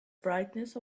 brightness